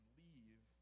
leave